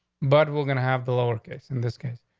but we're gonna have the lower case in this case.